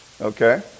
Okay